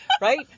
right